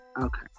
Okay